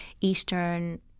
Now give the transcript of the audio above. Eastern